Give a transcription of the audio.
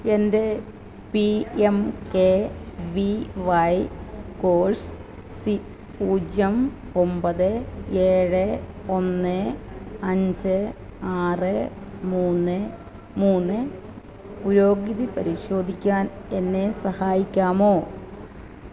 എൻ്റെ P M K V Y course C പൂജ്യം ഒമ്പത് ഏഴ് ഒന്ന് അഞ്ച് ആറ് മൂന്ന് മൂന്ന് പുരോഗതി പരിശോധിക്കാൻ എന്നെ സഹായിക്കാമോ